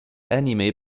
animée